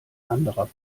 anderer